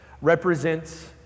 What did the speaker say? represents